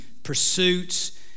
Pursuits